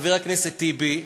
חבר הכנסת טיבי,